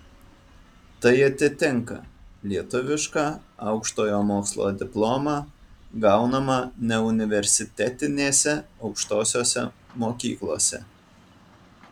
tai atitinka lietuvišką aukštojo mokslo diplomą gaunamą neuniversitetinėse aukštosiose mokyklose